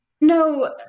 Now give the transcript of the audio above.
No